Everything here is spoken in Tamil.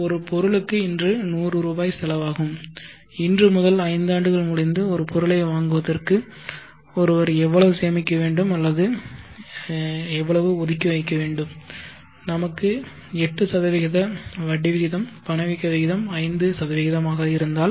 ஒரு பொருளுக்கு இன்று 100 ரூபாய் செலவாகும் இன்று முதல் ஐந்தாண்டுகள் முடிந்து ஒரு பொருளை வாங்குவதற்கு ஒருவர் எவ்வளவு சேமிக்க வேண்டும் அல்லது இன்று ஒதுக்கி வைக்க வேண்டும் நமக்கு 8 வட்டி விகிதம் பணவீக்க விகிதம் 5 ஆகவும் இருந்தால்